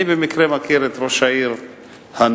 אני במקרה מכיר את ראש העיר הנוכחי,